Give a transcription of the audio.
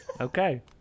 okay